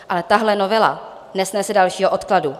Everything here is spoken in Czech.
Ale tahle novela nesnese dalšího odkladu.